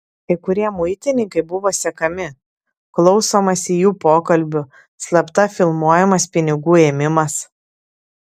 kai kurie muitininkai buvo sekami klausomasi jų pokalbių slapta filmuojamas pinigų ėmimas